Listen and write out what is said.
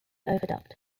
overdubbed